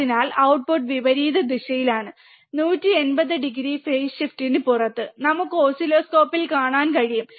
അതിനാൽ ഔട്ട്പുട്ട് വിപരീതദിശയിലാണെന്ന് 180 degree phase ഷിഫ്റ്റിന് പുറത്ത് നമുക്ക് ഓസിലോസ്കോപ്പിൽ കാണാൻ കഴിയും